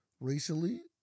recently